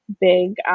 big